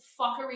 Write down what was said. fuckery